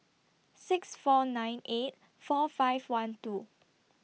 six four nine eight four five one two